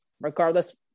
regardless